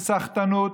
זו סחטנות,